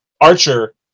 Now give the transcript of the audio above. Archer